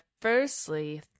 firstly